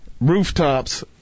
rooftops